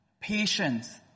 patience